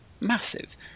massive